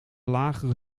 lagere